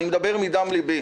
אני מדבר מדם לבי.